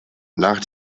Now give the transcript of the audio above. nach